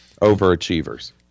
Overachievers